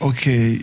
Okay